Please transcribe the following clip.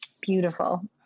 beautiful